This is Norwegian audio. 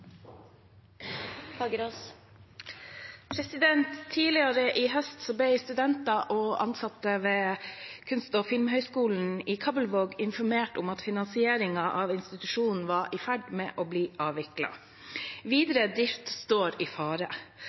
Tidligere i høst ble studenter og ansatte ved Nordland kunst- og filmfagskole i Kabelvåg informert om at finansieringen av institusjonen var i ferd med å bli avviklet. Videre drift står i fare.